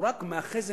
הוא רק מאחז עיניים.